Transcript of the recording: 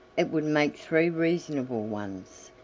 it would make three reasonable ones.